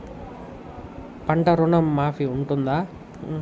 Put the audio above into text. పంట ఋణం మాఫీ ఉంటదా?